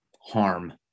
harm